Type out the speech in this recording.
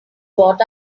what